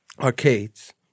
arcades